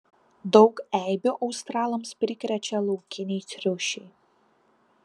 daug eibių australams prikrečia laukiniai triušiai